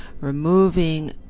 removing